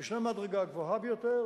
ויש המדרגה הגבוהה ביותר,